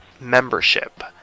membership